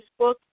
Facebook